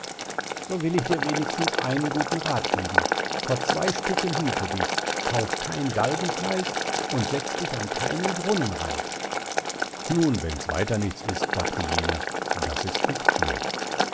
so will ich dir wenigstens einen guten rath geben vor zwei stücken hüte dich kauf kein galgenfleisch und setz dich an keinen brunnenrand nun wenns weiter nichts ist dachte jener das ist nicht schwer